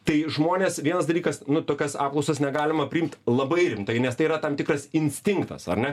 tai žmonės vienas dalykas nu tokias apklausas negalima priimt labai rimtai nes tai yra tam tikras instinktas ar ne